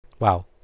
Wow